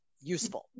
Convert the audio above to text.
useful